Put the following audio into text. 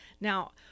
Now